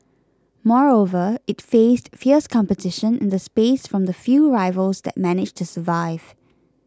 moreover it faced fierce competition in the space from the few rivals that managed to survive